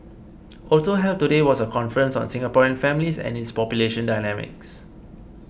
also held today was a conference on Singaporean families and its population dynamics